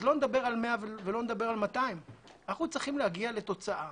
לא נדבר על 100 ולא על 200. אנחנו צריכים להגיע לתוצאה